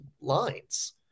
lines